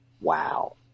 Wow